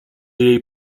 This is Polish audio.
jej